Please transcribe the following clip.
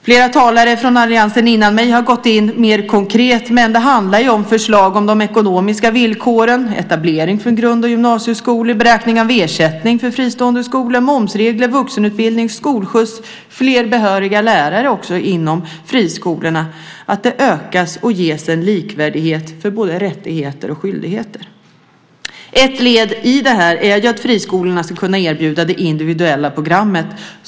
Flera talare från alliansen har före mig gått in mer konkret men det handlar ju om förslag om de ekonomiska villkoren, etablering för grund och gymnasieskolor, beräkning av ersättning för fristående skolor, momsregler, vuxenutbildning, skolskjuts och fler behöriga lärare också inom friskolorna. Det ska i ökad grad ges en likvärdighet för både rättigheter och skyldigheter. Ett led i det här är att friskolorna ska kunna erbjuda det individuella programmet.